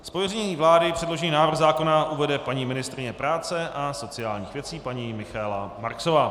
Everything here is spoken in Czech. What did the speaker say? Z pověření vlády předložený návrh zákona uvede paní ministryně práce a sociálních věcí paní Michaela Marksová.